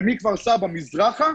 ומכפר סבא מזרחה,